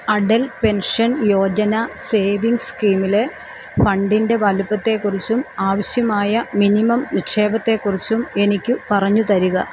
Atal pension Yojana savings സ്കീമിലെ ഫണ്ടിൻ്റെ വലിപ്പത്തെ കുറിച്ചും ആവശ്യമായ മിനിമം നിക്ഷേപത്തെ കുറിച്ചും എനിക്ക് പറഞ്ഞു തരിക